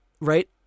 right